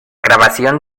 grabación